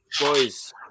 boys